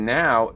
now